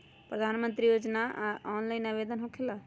प्रधानमंत्री योजना ऑनलाइन आवेदन होकेला?